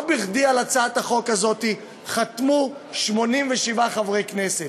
לא בכדי על הצעת החוק הזאת חתמו 87 חברי כנסת,